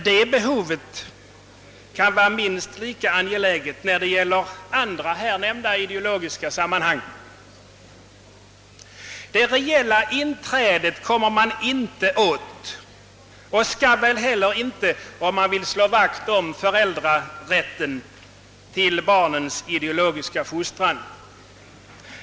Detta behov kan dock vara minst lika angeläget när det gäller andra här nämnda ideologiska sammanhang. Det reella inträdet kommer man inte åt och så bör inte heller ske, om man vill slå vakt om föräldrars rätt att fostra barnen ideologiskt.